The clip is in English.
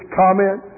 comment